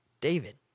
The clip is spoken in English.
David